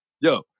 yo